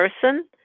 person